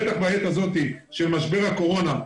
בטח בעת הזאת של משבר הקורונה,